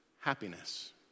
happiness